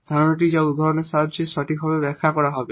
ধারণাটি যা উদাহরণের সাহায্যে সঠিকভাবে ব্যাখ্যা করা হবে